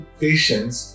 patience